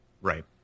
Right